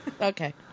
okay